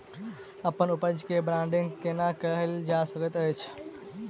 अप्पन उपज केँ ब्रांडिंग केना कैल जा सकैत अछि?